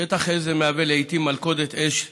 שטח אש זה מהווה לעיתים מלכודת אש לילדים,